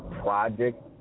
project